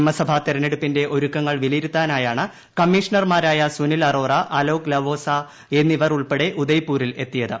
നിയമസഭാ തെരഞ്ഞെടുപ്പിന്റെ ഒരുക്കങ്ങൾ വിലയിരുത്താനായാണ് കമ്മീഷൻമാരായ സുനിൽ അറോറ അലോക് ലവോസ എന്നിവർ ഉൾപ്പെടെ ഉദയ്പൂരിൽ എത്തിയത്